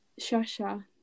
Shasha